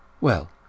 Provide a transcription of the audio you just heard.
Well